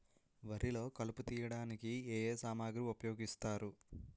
వరిలో కలుపు తియ్యడానికి ఏ ఏ సామాగ్రి ఉపయోగిస్తారు?